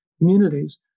communities